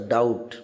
Doubt